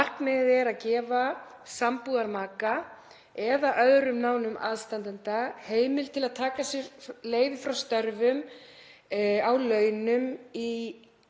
Markmiðið er að gefa sambúðarmaka eða öðrum nánum aðstandanda heimild til að taka sér leyfi frá störfum á launum í